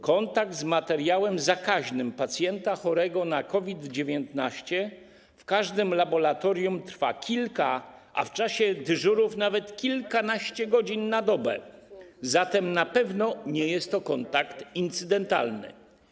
Kontakt z materiałem zakaźnym pacjenta chorego na COVID-19 w każdym laboratorium trwa kilka, a w czasie dyżurów nawet kilkanaście godzin na dobę, zatem na pewno nie jest to kontakt incydentalny.